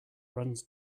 runs